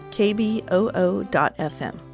kboo.fm